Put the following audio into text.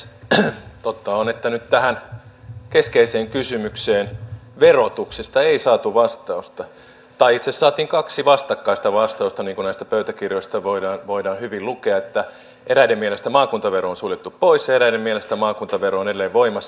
totta on että nyt tähän keskeiseen kysymykseen verotuksesta ei saatu vastausta tai itse asiassa saatiin kaksi vastakkaista vastausta niin kuin näistä pöytäkirjoista voidaan hyvin lukea että eräiden mielestä maakuntavero on suljettu pois ja eräiden mielestä maakuntavero on edelleen voimassa